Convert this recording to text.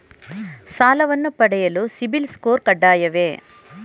ಸಾಲವನ್ನು ಪಡೆಯಲು CIBIL score ಕಡ್ಡಾಯವೇ?